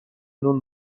نون